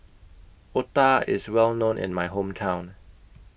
Otah IS Well known in My Hometown